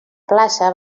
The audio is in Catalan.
plaça